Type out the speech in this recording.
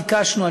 ביקשנו,